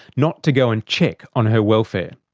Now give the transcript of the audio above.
not to go and check on her welfare.